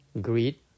greed